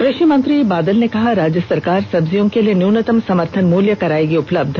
कृषि मंत्री बादल ने कहा राज्य सरकार सब्जियों के लिए न्यूनतम समर्थन मूल्य करायेगी उपलब्ध